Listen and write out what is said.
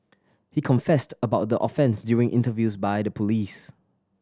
he confessed about the offence during interviews by the police